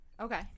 Okay